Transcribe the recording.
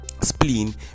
spleen